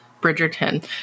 Bridgerton